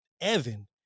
evan